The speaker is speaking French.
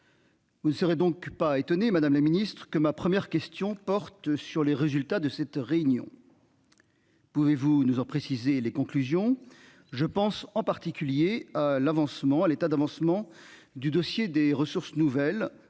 Vous serez donc pas étonné Madame la Ministre que ma première question porte sur les résultats de cette réunion. Pouvez-vous nous ont précisé les conclusions, je pense en particulier l'avancement à l'état d'avancement du dossier des ressources nouvelles auxquelles